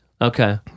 Okay